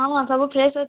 ହଁ ହଁ ସବୁ ଫ୍ରେଶ୍ ଅଛି